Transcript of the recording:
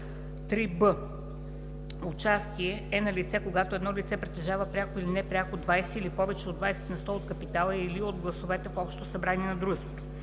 3б. „Участие“ е налице, когато едно лице притежава пряко или непряко 20 или повече от 20 на сто от капитала или от гласовете в общото събрание на дружество.“